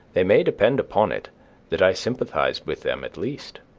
they may depend upon it that i sympathized with them at least.